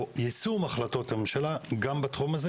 או יישום החלטות הממשלה גם בתחום הזה,